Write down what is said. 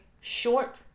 short